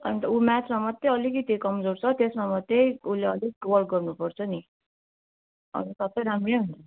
अन्त उ म्याचमा मात्रै अलिकति कमजोर छ त्यसमा मात्रै उसले अलिकति वर्क गर्नु पर्छ नि अरू सबै राम्रै हुन्छ